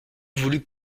voulut